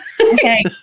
Okay